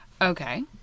okay